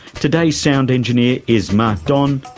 today's sound engineer is mark don,